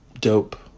dope